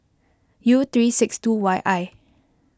U three six two Y I